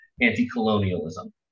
anti-colonialism